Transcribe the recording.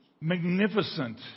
magnificent